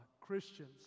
Christians